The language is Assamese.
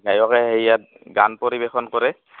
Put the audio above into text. গায়কে আহি ইয়াত গান পৰিৱেশন কৰে